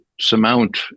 surmount